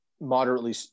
moderately